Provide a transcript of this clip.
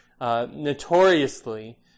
notoriously